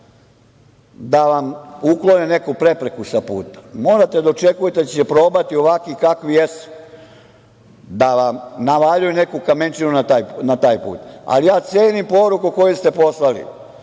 da vam uklone neku prepreku sa puta. Morate da očekujete da će probati ovakvi kakvi jesu da vam navaljuju neku kamenčinu na taj put, ali ja cenim poruku koju ste poslali,